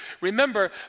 Remember